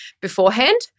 beforehand